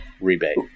rebate